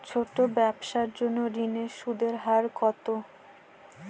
ছোট ব্যবসার জন্য ঋণের সুদের হার কত?